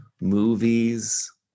movies